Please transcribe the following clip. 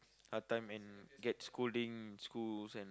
hard time and get scolding in schools and